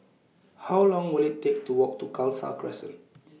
How Long Will IT Take to Walk to Khalsa Crescent